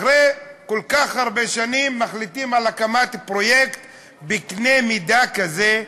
אחרי כל כך הרבה שנים על הקמת פרויקט בקנה-מידה כזה,